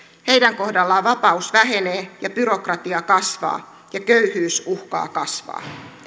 heidän kohdallaan vapaus vähenee ja byrokratia kasvaa ja köyhyys uhkaa kasvaa